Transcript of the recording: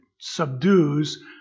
subdues